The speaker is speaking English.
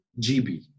GB